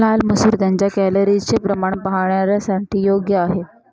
लाल मसूर त्यांच्या कॅलरीजचे प्रमाण पाहणाऱ्यांसाठी योग्य आहे